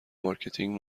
مارکتینگ